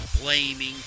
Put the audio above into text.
blaming